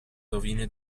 rovine